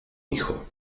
hijo